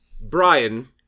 Brian